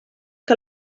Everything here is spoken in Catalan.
que